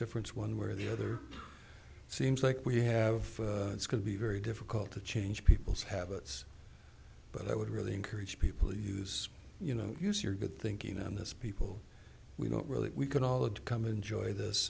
difference one way or the other seems like we have it's going to be very difficult to change people's habits but i would really encourage people use you know use your good thinking on this people we don't really we can all that come enjoy this